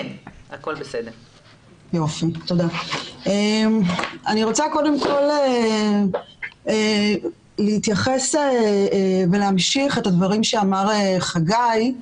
אני רוצה קודם כל להתייחס ולהמשיך את הדברים שאמר חגי.